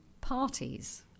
parties